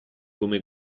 come